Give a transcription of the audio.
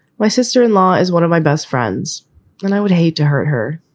my sister in law is one of my best friends and i would hate to hurt her.